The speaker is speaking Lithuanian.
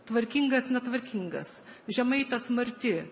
tvarkingas netvarkingas žemaitės marti